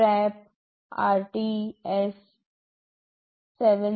TRAP RST 7